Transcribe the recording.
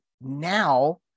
Now